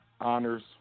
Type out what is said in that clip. honors